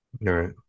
right